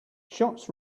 shots